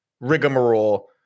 rigmarole